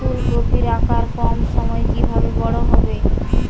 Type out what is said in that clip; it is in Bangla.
ফুলকপির আকার কম সময়ে কিভাবে বড় হবে?